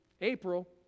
April